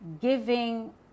giving